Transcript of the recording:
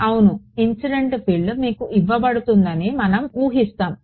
అవును incident field మీకు ఇవ్వబడుతుందని మనం ఊహిస్తాము